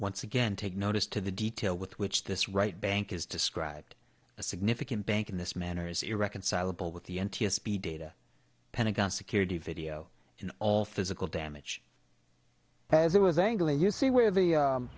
once again take notice to the detail with which this right bank is described a significant bank in this manner is irreconcilable with the n t s b data pentagon security video all physical damage as it was angling you see where the